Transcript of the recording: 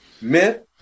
Myth